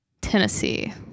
Tennessee